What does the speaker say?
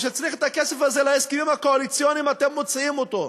כשצריך את הכסף הזה להסכמים הקואליציוניים אתם מוצאים אותו,